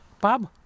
Bob